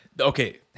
Okay